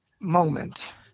moment